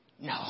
No